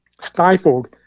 stifled